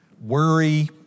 worry